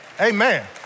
Amen